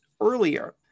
earlier